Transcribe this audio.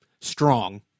strong